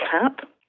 tap